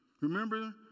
remember